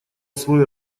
свой